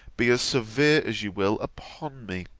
be as severe as you will upon me.